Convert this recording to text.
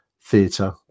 theatre